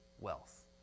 wealth